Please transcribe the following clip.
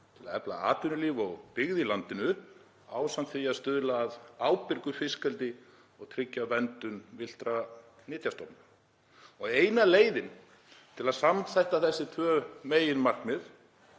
til að efla atvinnulíf og byggð í landinu, ásamt því að stuðla að ábyrgu fiskeldi og tryggja verndun villtra nytjastofna. Eina leiðin til að samþætta þessi tvö meginmarkmið,